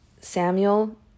Samuel